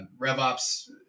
RevOps